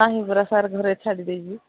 ନାହିଁ ପରା ସାର୍ ଘରେ ଛାଡ଼ି ଦେଇ